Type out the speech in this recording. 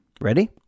Ready